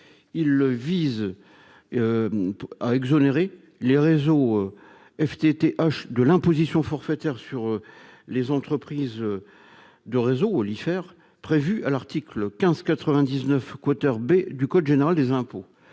huit années les réseaux FTTH- -de l'imposition forfaitaire sur les entreprises de réseaux, ou IFER, prévue à l'article 1599 B du code général des impôts,